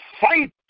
fight